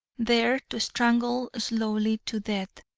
there to strangle slowly to death.